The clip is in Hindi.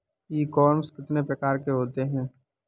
ई कॉमर्स कितने प्रकार के होते हैं?